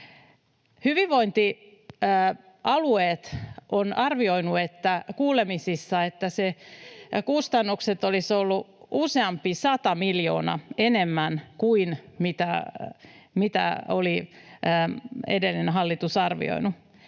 Hyvinvointialueet ovat arvioineet kuulemisissa, että kustannukset olisivat olleet useampi sata miljoonaa enemmän kuin mitä oli edellinen hallitus arvioinut.